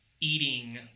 eating